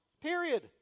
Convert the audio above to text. Period